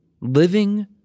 Living